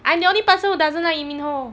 I'm the only person who doesn't like lee min ho